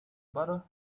butter